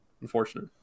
unfortunate